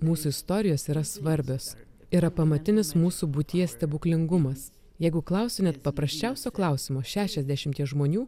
mūsų istorijos yra svarbios yra pamatinis mūsų būties stebuklingumas jeigu klausiu net paprasčiausio klausimo šešiasdešimties žmonių